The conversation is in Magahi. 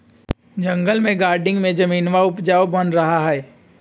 जंगल में गार्डनिंग में जमीनवा उपजाऊ बन रहा हई